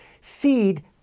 Seed